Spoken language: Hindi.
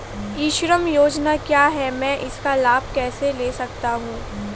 ई श्रम योजना क्या है मैं इसका लाभ कैसे ले सकता हूँ?